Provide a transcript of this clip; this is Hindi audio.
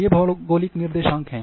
ये भौगोलिक निर्देशांक हैं